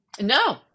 No